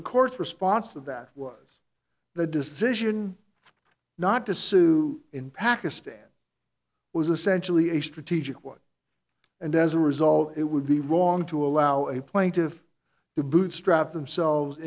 the courts response to that was the decision not to sue in pakistan was essential e a strategic one and as a result it would be wrong to allow a plaintive to bootstrap themselves